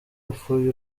apfuye